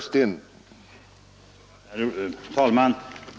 Herr talman!